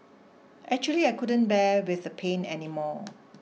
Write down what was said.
actually I couldn't bear with the pain anymore